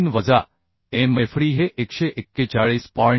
43 वजा mfd हे 141